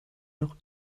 noch